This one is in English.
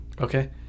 Okay